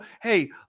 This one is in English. hey